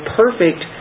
perfect